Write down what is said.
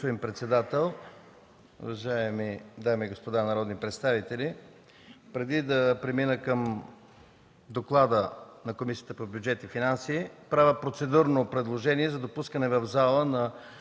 премина към доклада на Комисията по бюджет и финанси правя процедурно предложение за допускане в залата